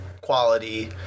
quality